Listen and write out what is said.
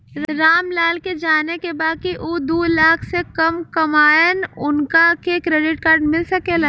राम लाल के जाने के बा की ऊ दूलाख से कम कमायेन उनका के क्रेडिट कार्ड मिल सके ला?